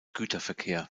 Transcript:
güterverkehr